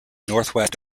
northwest